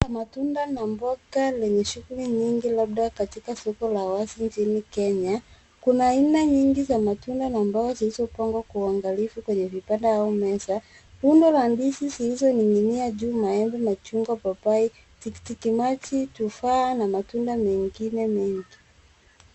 Matunda na mboga nyingi yenye shughuli nying labda katika soko la wazi mjini Kenya. Kuna aina nyingi za matunda na mboga zilizopangwa kwa uangalifu kwenye vibanda au meza. Rundo la ndizi zilizoning'inia juu, maembe, machungwa, papai, tikitiki maji, tufaa na matunda mengine mengi.